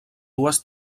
dues